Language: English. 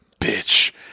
bitch